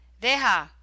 deja